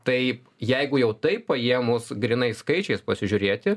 taip jeigu jau taip paėmus grynai skaičiais pasižiūrėti